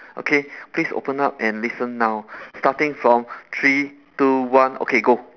okay please open up and listen now starting from three two one okay go